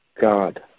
God